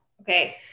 Okay